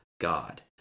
God